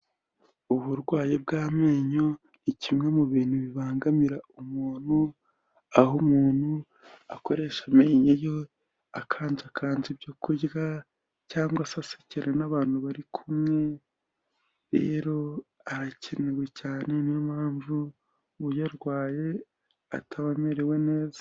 Uburwayi bw'amenyo ni kimwe mu bintu bibangamira umuntu, aho umuntu akoresha amenyo ye akanjakanja ibyo kurya cyangwa se asekera n'abantu bari kumwe, rero arakenewe cyane ni yo mpamvu uyarwaye ataba amerewe neza.